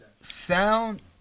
sound